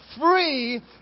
free